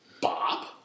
Bob